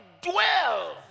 dwell